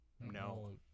no